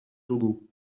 togo